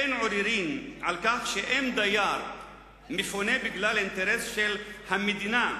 אין עוררין על כך שאם דייר מפונה בגלל אינטרס של המדינה,